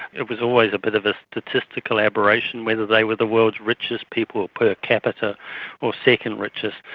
it was always a bit of a statistical aberration whether they were the world's richest people per capita or second richest.